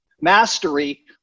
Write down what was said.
mastery